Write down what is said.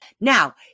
Now